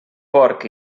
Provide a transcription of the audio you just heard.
porc